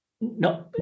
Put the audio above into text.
No